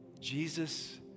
Jesus